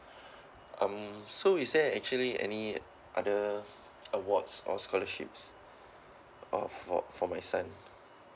um so is there actually any other awards or scholarships uh for for my son